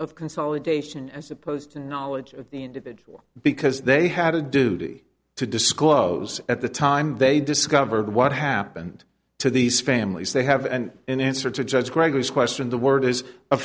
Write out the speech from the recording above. of consolidation as opposed to knowledge of the individual because they had a duty to disclose at the time they discovered what happened to these families they have and in answer to judge gregory's question the word is a